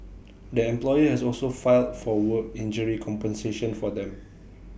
the employer has also filed for work injury compensation for them